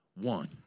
one